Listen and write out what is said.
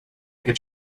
get